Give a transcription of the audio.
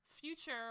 future